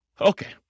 Okay